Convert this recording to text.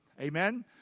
Amen